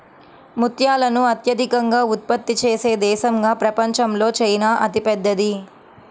ముత్యాలను అత్యధికంగా ఉత్పత్తి చేసే దేశంగా ప్రపంచంలో చైనా అతిపెద్దది